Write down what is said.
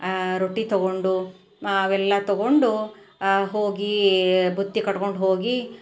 ಆ ರೊಟ್ಟಿ ತಗೊಂಡು ಮಾವೆಲ್ಲ ತಗೊಂಡು ಹೋಗಿ ಬುತ್ತಿ ಕಟ್ಕೊಂಡು ಹೋಗಿ